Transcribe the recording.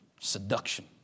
Seduction